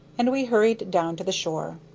and we hurried down to the shore.